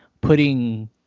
putting